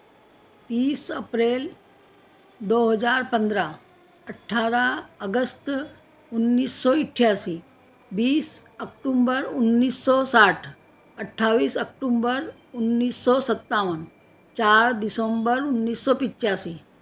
बीस अप्रेल दो हज़ार पंद्रह अठारह अगस्त उन्नीस सौ इक्यासी बीस अक्टूबर उन्नीस सौ साठ अट्ठाइस अक्टूबर उन्नीस सौ सत्तावन चार दिसंबर उन्नीस सौ पिच्यासी